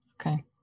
Okay